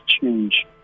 change